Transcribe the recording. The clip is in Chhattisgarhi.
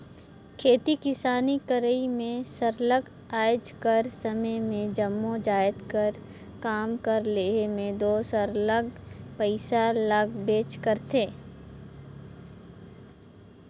खेती किसानी करई में सरलग आएज कर समे में जम्मो जाएत कर काम कर लेहे में दो सरलग पइसा लागबेच करथे